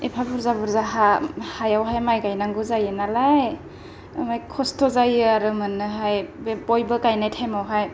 एफा बुरजा बुरजा हायावहाय माइ गायनांगौ जायो नालाय ओमफ्राय खस्ट' जायो आरो मोन्नोहाय बे बयबो गायनाय टाइमावहाय